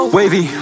Wavy